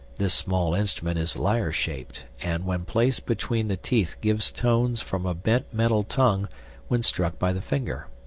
this small instrument is lyre-shaped, and when placed between the teeth gives tones from a bent metal tongue when struck by the finger.